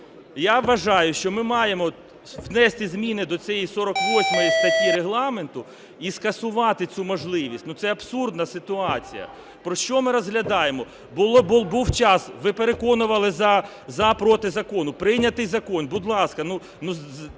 Я вважаю, що ми маємо внести зміни до цієї 48 статті Регламенту і скасувати цю можливість. Ну, це абсурдна ситуація. Про що ми розглядаємо? Був час, ви переконували "за", "проти" закону. Прийнятий закон, будь ласка, дайте